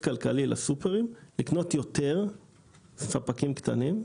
כלכלי לסופרים לקנות יותר ספקים קטנים.